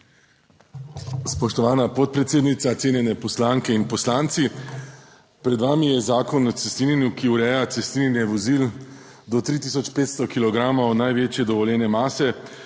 Spoštovana podpredsednica! Cenjene poslanke in poslanci! Pred vami je Zakon o cestninjenju, ki ureja cestninjenje vozil do 3500 kilogramov največje dovoljene mase,